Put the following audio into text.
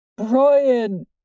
Brian